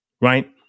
right